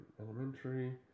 Elementary